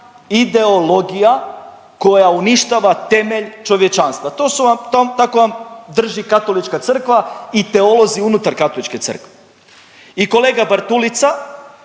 ideologija koja uništava temelj čovječanstva. To su vam tako vam drži Katolička crkva i teolozi unutar Katoličke crkve. I kolega Bartulica